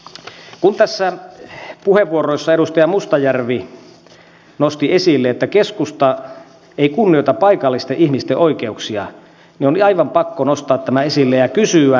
kun näissä puheenvuoroissa edustaja mustajärvi nosti esille että keskusta ei kunnioita paikallisten ihmisten oikeuksia niin on aivan pakko nostaa tämä esille ja kysyä